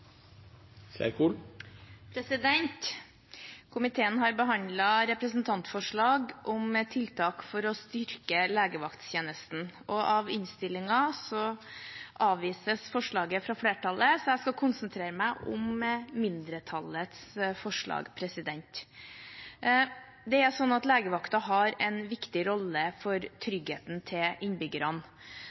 vedtatt. Komiteen har behandlet representantforslag om tiltak for å styrke legevakttjenesten. Av innstillingen kan vi se at forslaget avvises av flertallet, så jeg skal konsentrere meg om mindretallets forslag. Legevakten har en viktig rolle for